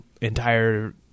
entire